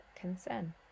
concern